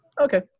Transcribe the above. okay